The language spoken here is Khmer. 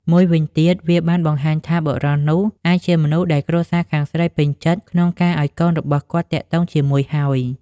មួយវិញទៀត វាបានបង្ហាញថាបុរសនោះអាចជាមនុស្សដែលគ្រួសារខាងស្រីពេញចិត្តក្នុងការឲ្យកូនរបស់គាត់ទាក់ទងជាមួយហើយ។